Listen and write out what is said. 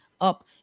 up